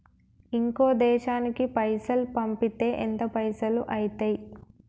ఇంకో దేశానికి పైసల్ పంపితే ఎంత పైసలు అయితయి?